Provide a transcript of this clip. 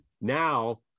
now